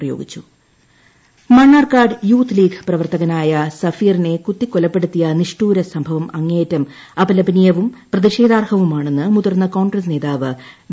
ടടടടടടടടടടടടട മണ്ണാർക്കാട് കൊലപാതകം Mannarkkad youth league പ്രവർത്തകനായ സഫീറിനെ കുത്തിക്കൊലപ്പെടുത്തിയ നിഷ്ഠൂര സംഭവം അങ്ങേയറ്റം അപലപനീയവും പ്രതിഷേധാർഹവുമാണെന്ന് മുതിർന്ന കോൺഗ്രസ് നേതാവ് വി